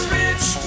rich